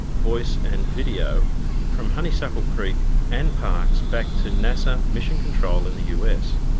voice and video from honeysuckle creek and parkes back to nasa mission control in the us.